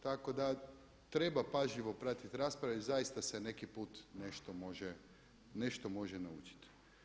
Tako da treba pažljivo pratiti rasprave i zaista se neki put nešto može naučit.